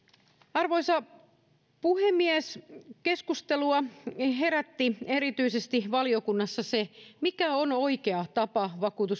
arvoisa puhemies keskustelua herätti valiokunnassa erityisesti se mikä on oikea tapa vakuutuslääkärijärjestelmää kehittää